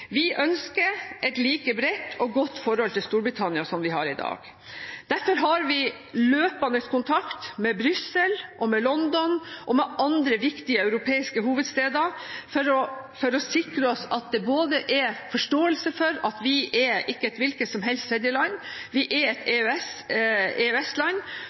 Vi ønsker et like bredt og godt forhold til Storbritannia som vi har i dag. Derfor har vi løpende kontakt med Brussel, med London og med andre viktige europeiske hovedsteder for å sikre at det er forståelse for at vi ikke er et hvilket som helst tredjeland, vi er et